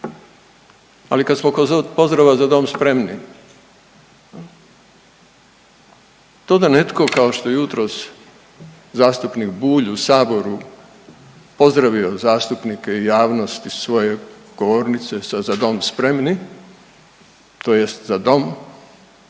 ali kad smo kod pozdrava „Za dom spremni!“ to da netko kao što je jutros zastupnik Bulj u saboru pozdravio zastupnike i javnost iz svoje govornice sa „Za dom spremni!“ tj. za dom,